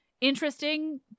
interesting